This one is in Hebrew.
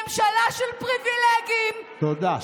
ממשלה של פריבילגים, תודה.